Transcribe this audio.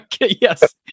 yes